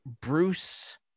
Bruce